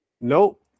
Nope